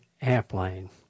airplane